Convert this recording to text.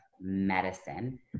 medicine